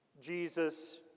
Jesus